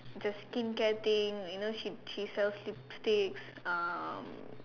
the skincare thing you know she she sells lipstick um